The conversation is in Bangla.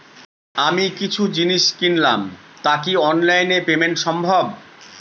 আমি কিছু জিনিস কিনলাম টা কি অনলাইন এ পেমেন্ট সম্বভ?